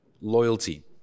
loyalty